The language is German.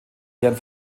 deren